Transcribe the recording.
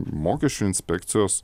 mokesčių inspekcijos